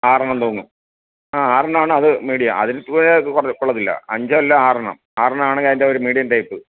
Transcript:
ആറെണ്ണം തൂങ്ങും ആ ആറെണ്ണമാണ് അത് മീഡിയം അതിൽ കുറഞ്ഞത് കൊള്ളില്ല അഞ്ച് അല്ലെങ്കിൽ ആറെണ്ണം ആറെണ്ണമാണ് അതിൻ്റെ ഒരു മീഡിയം ടൈപ്പ്